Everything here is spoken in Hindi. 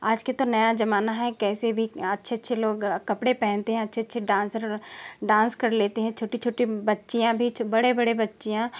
आज के तो नया जमाना है कैसे भी अच्छे अच्छे लोग कपड़े पहनते हैं अच्छे अच्छे डांसर डांस कर लेते हैं छोटे छोटे बच्चियाँ भी बड़े बड़े बच्चियाँ